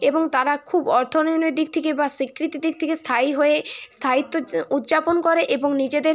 এবং তারা খুব অর্থনৈতিক দিক থেকে বা স্বীকৃতির দিক থেকে স্থায়ী হয়ে স্থায়িত্ব উদযাপন করে এবং নিজেদের